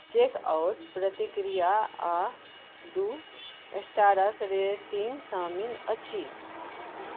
checkout प्रतिक्रिया आ दू स्टारक रेटिंग शामिल अछि